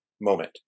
moment